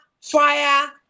fire